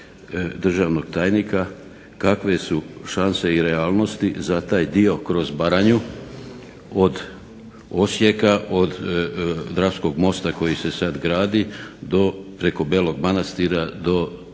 državnog tajnika kakve su šanse i realnosti za taj dio kroz Baranju od Osijeka, od gradskog mosta koji se sada gradi do preko Belog Manastira do državne